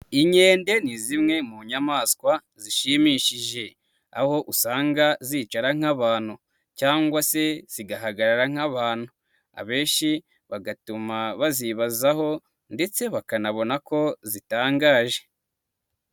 Inkende ni zimwe mu nyamaswa zishimishije aho usanga zicara nk'abantu cyangwa se zikahagarara nk'abantu, abenshi bigatuma bazibazaho ndetse bakanabona ko zitangaje.